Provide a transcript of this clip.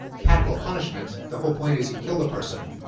capital punishment the whole point is you kill the person.